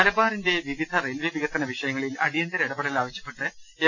മലബാറിന്റെ വിവിധ റെയിൽവെ പ്രികസന വിഷയങ്ങളിൽ അടി യന്തര ഇടപെടൽ ആവശ്യപ്പെട്ട് എം